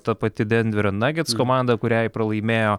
ta pati denverio nagits komanda kuriai pralaimėjo